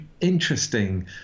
interesting